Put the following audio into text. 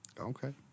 Okay